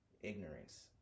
ignorance